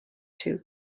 two